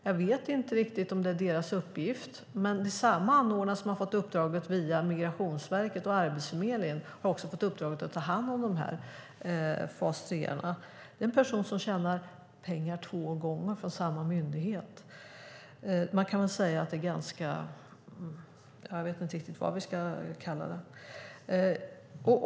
Jag vet inte riktigt om det är deras uppgift, men samma anordnare som har fått uppdraget via Migrationsverket och Arbetsförmedlingen har också fått uppdraget att ta hand om de här fas 3:arna. Det är en person som tjänar pengar två gånger från samma myndighet. Jag vet inte riktigt vad vi ska kalla det.